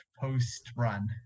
post-run